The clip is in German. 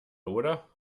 oder